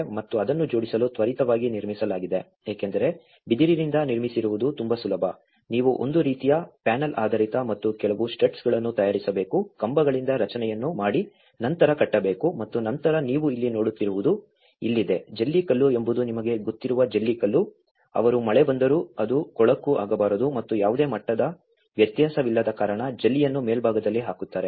ಮತ್ತು ಅದನ್ನು ಜೋಡಿಸಲು ತ್ವರಿತವಾಗಿ ನಿರ್ಮಿಸಲಾಗಿದೆ ಏಕೆಂದರೆ ಬಿದಿರಿನಿಂದ ನಿರ್ಮಿಸುವುದು ತುಂಬಾ ಸುಲಭ ನೀವು ಒಂದು ರೀತಿಯ ಪ್ಯಾನಲ್ ಆಧಾರಿತ ಮತ್ತು ಕೆಲವು ಸ್ಟಡ್ಗಳನ್ನು ತಯಾರಿಸಬೇಕು ಕಂಬಗಳಿಂದ ರಚನೆಯನ್ನು ಮಾಡಿ ನಂತರ ಕಟ್ಟಬೇಕು ಮತ್ತು ನಂತರ ನೀವು ಇಲ್ಲಿ ನೋಡುತ್ತಿರುವುದು ಇಲ್ಲಿದೆ ಜಲ್ಲಿಕಲ್ಲು ಎಂಬುದು ನಿಮಗೆ ಗೊತ್ತಿರುವ ಜಲ್ಲಿಕಲ್ಲು ಅವರು ಮಳೆ ಬಂದರೂ ಅದು ಕೊಳಕು ಆಗಬಾರದು ಮತ್ತು ಯಾವುದೇ ಮಟ್ಟದ ವ್ಯತ್ಯಾಸವಿಲ್ಲದ ಕಾರಣ ಜಲ್ಲಿಯನ್ನು ಮೇಲ್ಭಾಗದಲ್ಲಿ ಹಾಕುತ್ತಾರೆ